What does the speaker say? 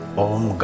om